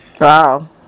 Wow